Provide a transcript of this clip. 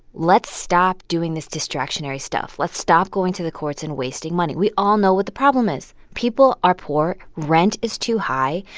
let's stop doing this distractionary stuff. let's stop going to the courts and wasting money. we all know what the problem is. people are poor, rent is too high,